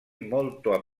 molto